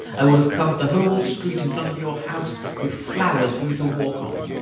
i would have covered the whole street in front of your house with flowers for you to walk on.